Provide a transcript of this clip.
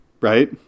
Right